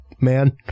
man